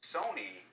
Sony